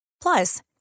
Plus